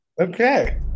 Okay